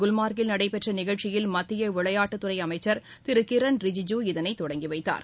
குல்மர்க்கில் நடைபெற்றநிகழ்ச்சியில் மத்தியவிளையாட்டுத்துறைஅமைச்சர் திருகிரண் ரிஜிஜூ இதனைதொடங்கிவைத்தார்